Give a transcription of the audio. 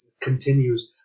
continues